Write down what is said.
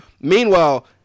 Meanwhile